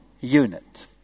unit